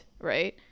right